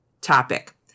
topic